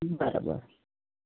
बरोबर